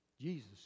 Jesus